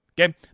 Okay